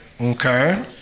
Okay